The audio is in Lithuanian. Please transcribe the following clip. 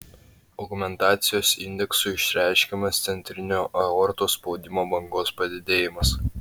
augmentacijos indeksu išreiškiamas centrinio aortos spaudimo bangos padidėjimas